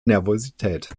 nervosität